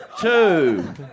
Two